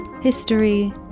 history